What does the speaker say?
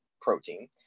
protein